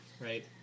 right